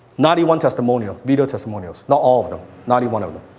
ninety one testimonials. video testimonials. not all of them. ninety one of them.